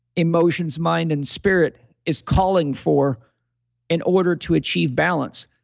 emotions, mind and spirit is calling for in order to achieve balance.